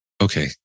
Okay